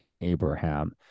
Abraham